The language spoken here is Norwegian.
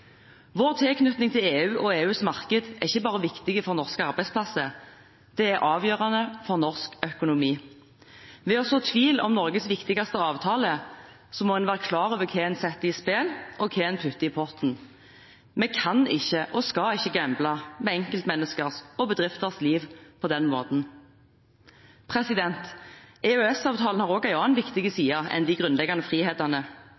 Vår tilknytning til EU og EUs marked er ikke bare viktig for norske arbeidsplasser. Det er avgjørende for norsk økonomi. Sår en tvil om Norges viktigste avtale, må en være klar over hva en setter i spill, og hva en putter i potten. Vi kan ikke og skal ikke gamble med enkeltmenneskers og bedrifters liv på den måten. EØS-avtalen har også en annen viktig side enn de grunnleggende frihetene. EU har også blitt en av våre viktigste partnere i